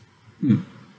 mm